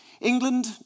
England